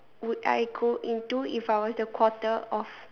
would I go into if I was a quarter of